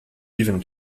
even